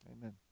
Amen